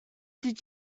did